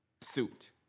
suit